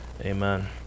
Amen